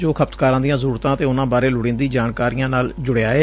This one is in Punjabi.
ਜੋ ਖਪਤਕਾਰਾਂ ਦੀਆਂ ਜ਼ਰੁਰਤਾਂ ਅਤੇ ਉਨੂਾਂ ਬਾਰੇ ਲੁੜੀਂਦੀ ਜਾਣਕਾਰੀ ਨਾਲ ਜੁੜਿਆ ਏ